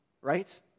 right